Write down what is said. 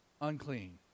unclean